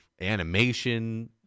animation